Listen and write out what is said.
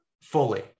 fully